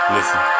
Listen